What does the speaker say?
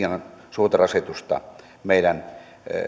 suurta rasitusta meidän